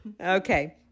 Okay